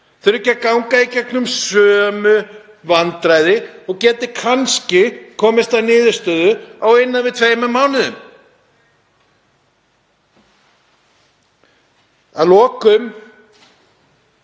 þurfi ekki að ganga í gegnum sömu vandræði og geti kannski komist að niðurstöðu á innan við tveimur mánuðum. Að lokum